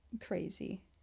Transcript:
crazy